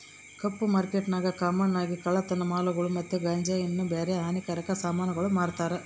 ಕಪ್ಪು ಮಾರ್ಕೆಟ್ನಾಗ ಕಾಮನ್ ಆಗಿ ಕಳ್ಳತನ ಮಾಲುಗುಳು ಮತ್ತೆ ಗಾಂಜಾ ಇನ್ನ ಬ್ಯಾರೆ ಹಾನಿಕಾರಕ ಸಾಮಾನುಗುಳ್ನ ಮಾರ್ತಾರ